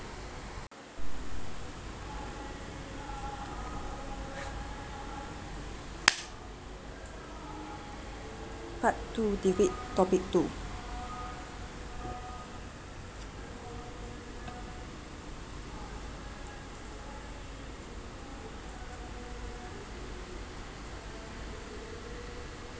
part two debate topic two